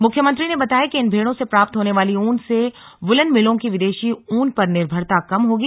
मुख्यमंत्री ने बताया कि इन भेड़ों से प्राप्त होने वाली ऊन से वूलन मिलों की विदेशी ऊन पर निर्भरता कम होगी